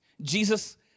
Jesus